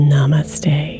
Namaste